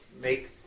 make